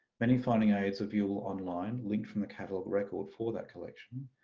many finding aids are viewable online linked from a catalogue record for that collection,